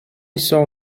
saw